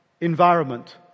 environment